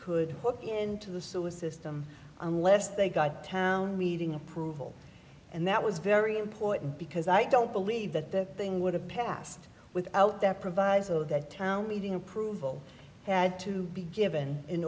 could look into the sewer system unless they got to town meeting approval and that was very important because i don't believe that the thing would have passed without that proviso that town meeting approval had to be given in